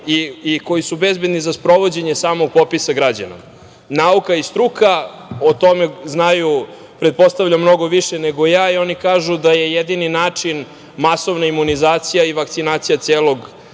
koji su bezbedni za sprovođenje samog popisa građana. Nauka i struka o tome znaju, pretpostavljam, mnogo više nego ja i oni kažu da je jedini način masovna imunizacija i vakcinacija celog